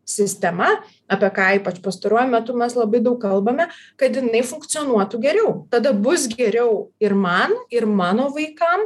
sistema apie ką ypač pastaruoju metu mes labai daug kalbame kad jinai funkcionuotų geriau tada bus geriau ir man ir mano vaikam